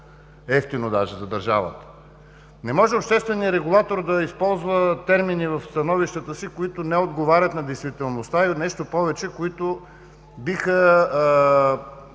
по-евтино за държавата. Не може общественият регулатор да използва термини в становищата си, които не отговарят на действителността и които биха